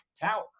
tower